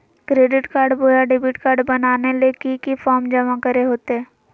Credit card बोया debit card बनाने ले की की फॉर्म जमा करे होते?